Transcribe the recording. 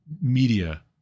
media